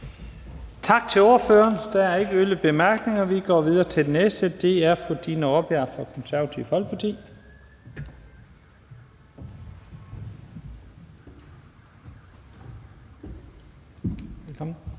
Tak til ordføreren. Der er ikke yderligere korte bemærkninger, og vi går videre til den næste ordfører. Det er fru Dina Raabjerg fra Det Konservative Folkeparti. Velkommen.